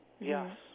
Yes